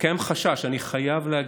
כי קיים חשש, אני חייב להגיד,